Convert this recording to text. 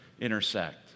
intersect